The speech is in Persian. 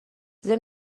ضمن